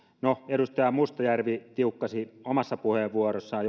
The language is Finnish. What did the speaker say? no edustaja mustajärvi tiukkasi omassa puheenvuorossaan